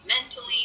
mentally